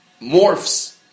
morphs